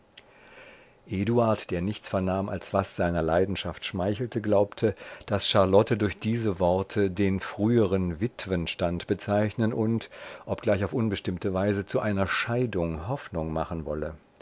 eduard der nichts vernahm als was seiner leidenschaft schmeichelte glaubte daß charlotte durch diese worte den früheren witwenstand bezeichnen und obgleich auf unbestimmte weise zu einer scheidung hoffnung machen wolle